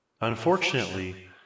Unfortunately